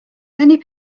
many